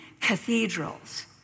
cathedrals